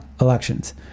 elections